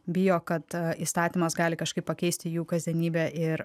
bijo kad įstatymas gali kažkaip pakeisti jų kasdienybę ir